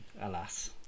Alas